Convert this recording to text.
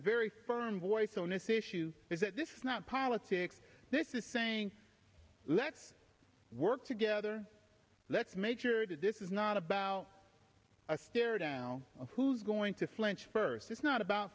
very firm voice on this issue is that this is not politics this is saying let's work together let's make sure that this is not about a stare down of who's going to slant first it's not about